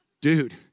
Dude